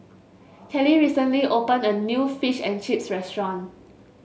Kelly recently opened a new Fish and Chips restaurant